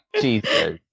Jesus